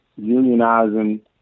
unionizing